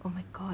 oh my god